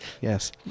Yes